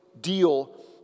deal